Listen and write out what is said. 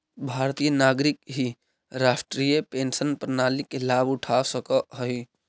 भारतीय नागरिक ही राष्ट्रीय पेंशन प्रणाली के लाभ उठा सकऽ हई